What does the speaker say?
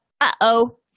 uh-oh